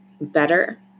better